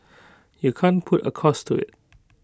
you can't put A cost to IT